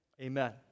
amen